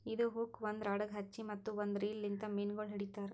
ಇದು ಹುಕ್ ಒಂದ್ ರಾಡಗ್ ಹಚ್ಚಿ ಮತ್ತ ಒಂದ್ ರೀಲ್ ಲಿಂತ್ ಮೀನಗೊಳ್ ಹಿಡಿತಾರ್